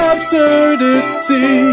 Absurdity